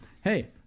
hey